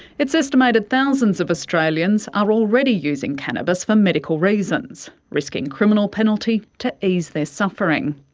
it's estimated thousands of australians are already using cannabis for um medical reasons, risking criminal penalty to ease their suffering.